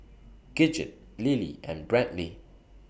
Gidget Lilly and Brantley